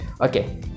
Okay